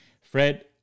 Fred